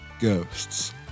ghosts